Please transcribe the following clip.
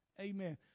Amen